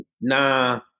nah